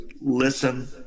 Listen